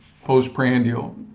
Postprandial